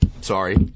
Sorry